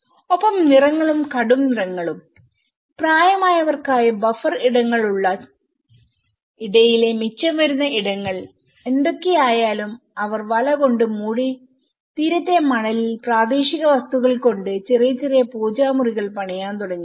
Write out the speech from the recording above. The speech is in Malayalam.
ഒപ്പം നിറങ്ങളും കടും നിറങ്ങളുംപ്രായമായവർക്കായി ബഫർ ഇടങ്ങളുടെ ഇടയിലെ മിച്ചം വരുന്ന ഇടങ്ങൾ എന്തൊക്കെയായാലുംഅവർ വല കൊണ്ട് മൂടി തീരത്തെ മണലിൽ പ്രാദേശിക വസ്തുക്കൾ കൊണ്ട് ചെറിയ ചെറിയ പൂജാമുറികൾ പണിയാൻ തുടങ്ങി